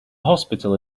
hospital